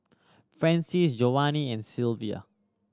Francies Jovanny and Silvia